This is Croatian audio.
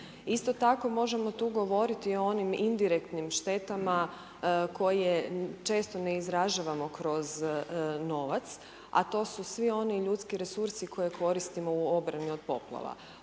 Isto tako možemo tu govoriti o onim indirektnim štetama koje često ne izražavamo kroz novac, a to su svi oni ljudski resursi koje koristimo u obrani od poplava,